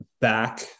back